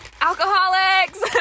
Alcoholics